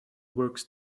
works